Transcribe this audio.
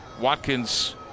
watkins